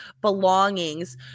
belongings